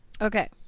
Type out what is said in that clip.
Okay